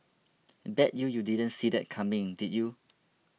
bet you you didn't see that coming did you